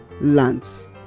lands